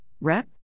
Rep